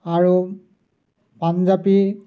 আৰু পাঞ্জাবী